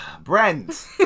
Brent